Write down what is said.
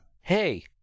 Hey